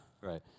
Right